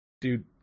Dude